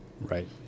Right